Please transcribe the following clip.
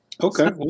Okay